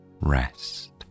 rest